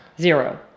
Zero